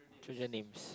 children names